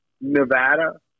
Nevada